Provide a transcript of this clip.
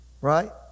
right